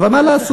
אבל מה לעשות,